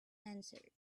answered